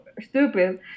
stupid